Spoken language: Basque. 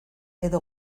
edo